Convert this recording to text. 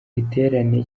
giterane